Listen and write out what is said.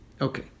Okay